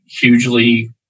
hugely